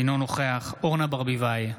אינו נוכח אורנה ברביבאי,